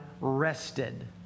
rested